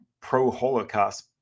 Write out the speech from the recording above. pro-Holocaust